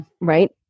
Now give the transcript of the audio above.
Right